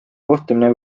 kohtumine